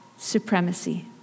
supremacy